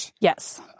yes